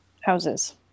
houses